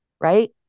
Right